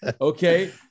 Okay